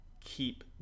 keep